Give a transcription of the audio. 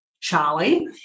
Charlie